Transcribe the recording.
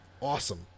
awesome